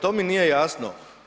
To mi nije jasno.